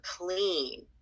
clean